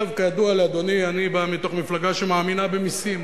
כידוע לאדוני, אני בא מתוך מפלגה שמאמינה במסים.